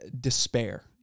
despair